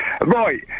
Right